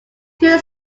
two